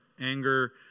anger